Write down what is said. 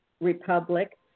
Republic